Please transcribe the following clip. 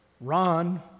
Ron